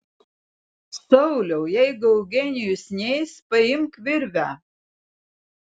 sauliau jeigu eugenijus neis paimk virvę